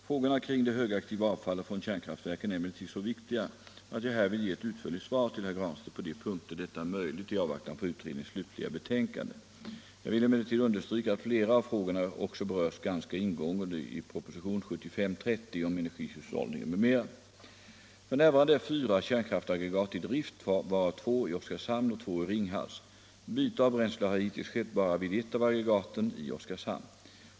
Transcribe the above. Frågorna kring det högaktiva åvfallet från kärnkraftverken är emellertid så viktiga att jag här vill ge ett utförligt svar till herr Granstedt på de punkter detta är möjligt i avvaktan på utredningens slutliga betänkande. Jag vill emellertid understryka att flera av frågorna också berörts ganska ingående i propositionen 30 år 1975 om energihushållningen m.m. F.n. är fyra kärnkraftsaggregat i drift, varav två i Oskarshamn och två i Ringhals. Byte av bränsle har hittills skett bara vid ett av aggregaten i Oskarshamn.